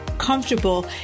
comfortable